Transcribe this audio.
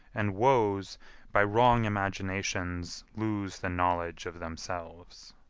and woes by wrong imaginations lose the knowledge of themselves.